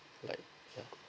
like ya